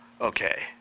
okay